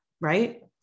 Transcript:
right